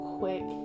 quick